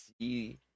see